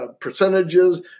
percentages